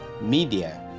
media